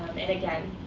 and again,